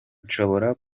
nshobora